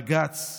בג"ץ,